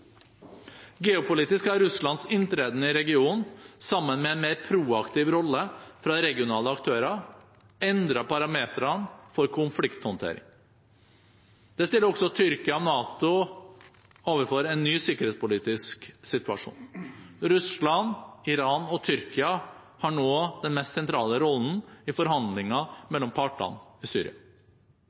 Geopolitisk har Russlands inntreden i regionen, sammen med en mer proaktiv rolle fra regionale aktører, endret parameterne for konflikthåndtering. Det stiller også Tyrkia og NATO overfor en ny sikkerhetspolitisk situasjon. Russland, Iran og Tyrkia har nå den mest sentrale rollen i forhandlinger mellom partene i Syria.